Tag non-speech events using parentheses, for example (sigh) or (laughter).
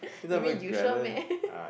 (laughs) you mean you sure meh (laughs)